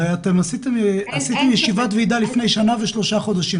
הרי אתם עשיתם ישיבת ועדה לפני שנה ושלושה חודשים,